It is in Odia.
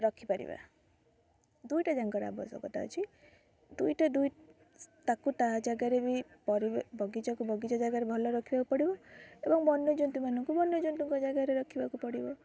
ରଖିପାରିବା ଦୁଇଟାଙ୍କର ଆବଶ୍ୟକତା ଅଛି ଦୁଇଟା ତା' ଜାଗାରେ ବଗିଚାକୁ ବଗିଚା ଜାଗାରେ ଭଲ ରଖିବାକୁ ପଡ଼ିବ ଏବଂ ବନ୍ୟଜନ୍ତୁମାନଙ୍କୁ ବନ୍ୟଜନ୍ତୁଙ୍କ ଜାଗାରେ ରଖିବାକୁ ପଡ଼ିବ